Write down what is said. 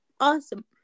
awesome